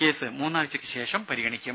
case മൂന്ന് ആഴ്ചയ്ക്ക് ശേഷം പരിഗണിക്കും